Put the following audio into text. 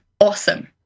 awesome